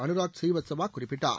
அணுராக் புரீவத்சவா குறிப்பிட்டார்